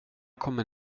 kommer